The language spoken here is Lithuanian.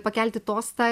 pakelti tostą